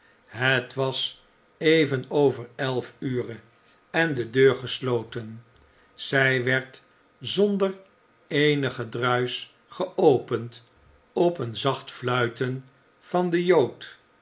het was even over elf ure en de deur gesloten zij werd zonder eenig gedruisch geopend op een zacht fluiten van den jood